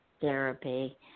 therapy